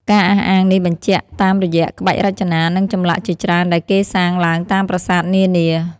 ការអះអាងនេះបញ្ជាក់តាមរយៈក្បាច់រចនា និងចម្លាក់ជាច្រើនដែលគេសាងឡើងតាមប្រាសាទនានា។